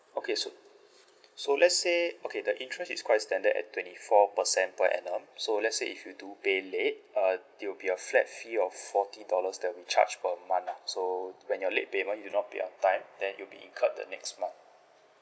okay so so let's say okay the interest is quite standard at twenty four percent per annum so let's say if you do pay late uh there'll be a flat fee of forty dollars that'll be charged per month lah so when you're late payment you do not pay on time then you'll be incurred the next month